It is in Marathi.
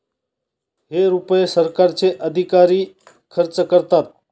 हे रुपये सरकारचे अधिकारी खर्च करतात